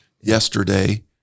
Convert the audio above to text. Yesterday